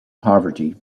poverty